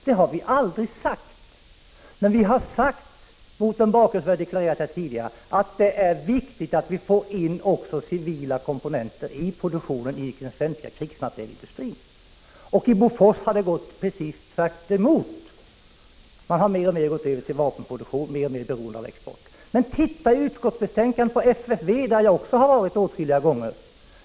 Det har vi aldrig sagt, men vi har sagt att det är viktigt att vi får in också civila komponenter i produktionen inom den svenska krigsmaterielindustrin. I Bofors har det varit precis tvärtom. Man har mer och mer gått över till vapenproduktion och blivit mer och mer beroende av export. Men läs vad som står i utskottsbetänkandet om FFV, där jag har varit åtskilliga gånger.